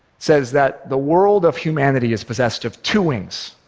says that the world of humanity is possessed of two wings,